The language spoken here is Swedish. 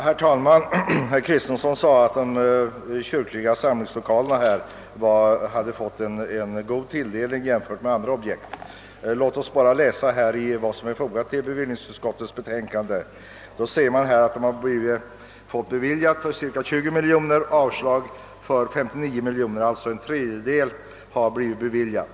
Herr talman! Herr Kristenson sade att de kyrkliga samlingslokalerna hade fått en god tilldelning jämfört med andra objekt. Låt oss bara läsa den bilaga som är fogad till bevillningsutskottets betänkande. Där ser man att ansökningar om dispenser för kyrkliga samlingslokaler har beviljats för cirka 20 miljoner kronor och avslagits för 59 miljoner kronor. Alltså har en fjärdedel av vad som begärts blivit beviljat.